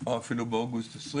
או אפילו באוגוסט 2020